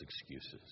excuses